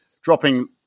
dropping